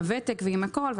על הוותק ועל הכול,